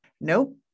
Nope